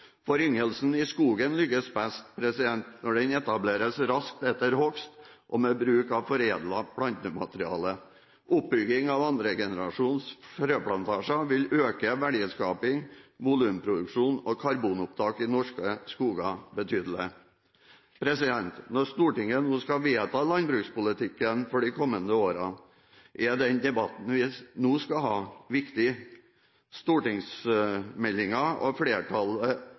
Foryngelsen i skogen lykkes best når den etableres raskt etter hogst og med bruk av foredlet plantemateriale. Oppbygging av andre generasjons frøplantasjer vil øke verdiskaping, volumproduksjon og karbonopptak i norske skoger betydelig. Når Stortinget nå skal vedta landbrukspolitikken for de kommende årene, er den debatten vi nå skal ha, viktig. Stortingsmeldingen og flertallsinnstillingen har et framtidsperspektiv som jeg håper samler et bredt flertall.